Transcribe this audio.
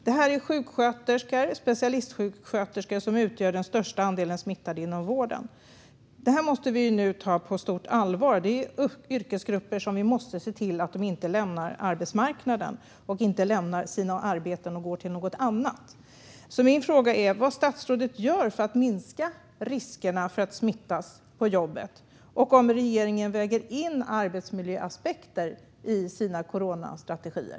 Det är sjuksköterskor och specialistsjuksköterskor som utgör den största andelen smittade inom vården. Detta måste vi nu ta på stort allvar. Vi måste se till att människor i dessa yrkesgrupper inte lämnar arbetsmarknaden och inte lämnar sina arbeten och går till något annat. Min fråga är: Vad gör statsrådet för att minska riskerna för att smittas på jobbet, och väger regeringen in arbetsmiljöaspekter i sina coronastrategier?